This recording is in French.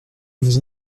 vos